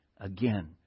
again